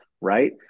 Right